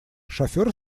шофер